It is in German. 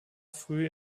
früh